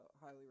Highly